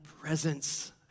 presence